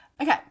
okay